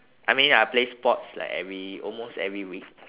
I mean I play sports like every almost every week